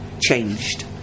changed